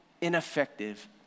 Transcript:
ineffective